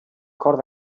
cort